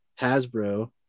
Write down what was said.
Hasbro